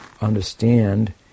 understand